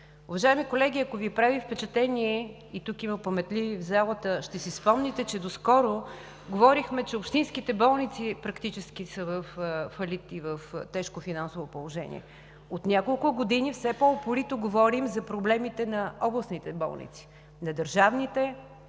Уважаеми колеги, ако Ви прави впечатление, и тук, в залата, има паметливи, ще си спомните – доскоро говорехме, че общинските болници практически са във фалит и в тежко финансово положение. От няколко години все по-упорито говорим за проблемите на областните болници, на държавните